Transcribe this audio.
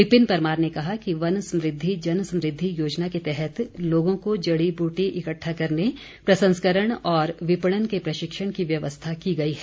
विपिन परमार ने कहा कि वन समुद्धि जन समुद्धि योजना के तहत लोगों को जड़ी बूटी इकट्ठा करने प्रसंस्करण और विपणन के प्रशिक्षण की व्यवस्था की गई है